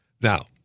Now